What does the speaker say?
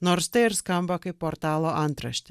nors tai ir skamba kaip portalo antraštė